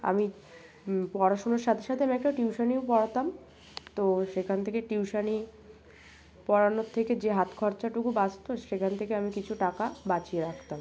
আমি পড়াশুনার সাথে সাথে আমি একটা টিউশনও পড়াতাম তো সেখান থেকে টিউশন পড়ানোর থেকে যে হাত খরচাটুকু বাঁচত সেখান থেকে আমি কিছু টাকা বাঁচিয়ে রাখতাম